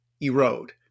erode